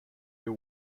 you